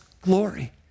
glory